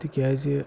تِکیٛازِ